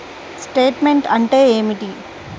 Statement అంటే ఏమిటి?